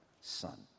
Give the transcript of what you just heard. Son